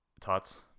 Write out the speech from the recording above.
Tots